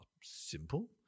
simple